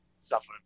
suffering